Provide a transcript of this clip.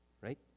Right